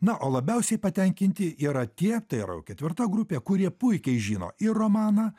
na o labiausiai patenkinti yra tie tai yra jau ketvirta grupė kurie puikiai žino ir romaną